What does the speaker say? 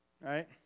Right